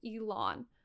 Elon